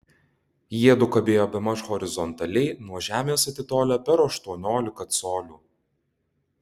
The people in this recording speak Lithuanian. jiedu kabėjo bemaž horizontaliai nuo žemės atitolę per aštuoniolika colių